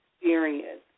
experience